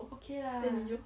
okay lah